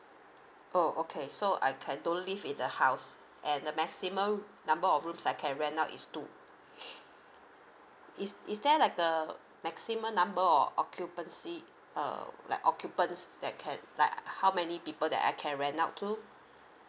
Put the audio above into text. oh okay so I can don't live in the house and the maximum number of rooms I can rent out is two is is there like a maximum number of occupancy err like occupants that can like how many people that I can rent out to